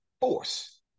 force